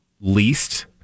least